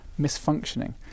misfunctioning